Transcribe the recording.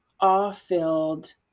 awe-filled